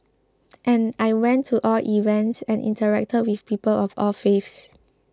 and I went to all events and interacted with people of all faiths